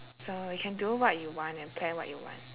so we can do what you want and plan what you want